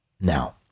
Now